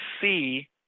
see